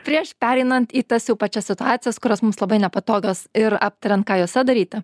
prieš pereinant į tas jau pačias situacijas kurios mums labai nepatogios ir aptariant ką jose daryti